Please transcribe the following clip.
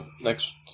next